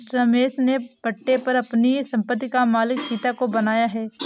रमेश ने पट्टे पर अपनी संपत्ति का मालिक सीता को बनाया है